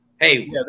Hey